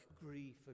grief